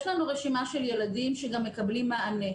יש לנו רשימה של ילדים שגם מקבלים מענה.